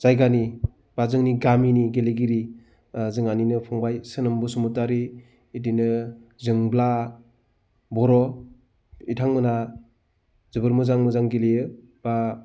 जायगानि बा जोंनि गामिनि गेलेगिरि जोंहानिनो फंबाय सोनोम बसुमतारी बिदिनो जोंब्ला बर' बिथांमोना जोबोर मोजां मोजां गेलेयो बा